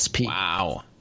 wow